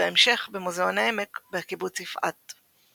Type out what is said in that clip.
ובהמשך ב'מוזיאון העמק' בקיבוץ יפעת.